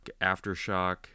Aftershock